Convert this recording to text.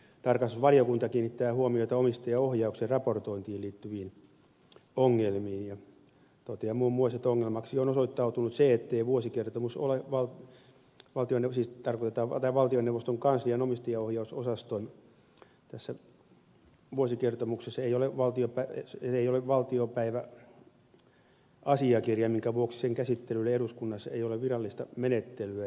tarkastusvaliokunta kiinnittää huomiota omistajaohjauksen raportointiin liittyviin ongelmiin ja toteaa muun muassa että ongelmaksi on osoittautunut se ettei valtioneuvoston kanslian omistajaoh jausosaston julkaisema vuosikertomus ole valtiopäiväasiakirja minkä vuoksi sen käsittelylle eduskunnassa ei ole virallista menettelyä